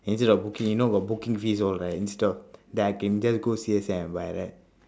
instead of booking you know got booking fees all right instead of then I can just go and buy right